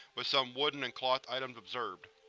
with some wooden and cloth items observed.